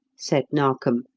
said narkom,